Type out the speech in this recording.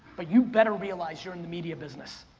but you better realize you're in the media business.